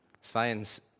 Science